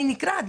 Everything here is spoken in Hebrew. אני נקרעת.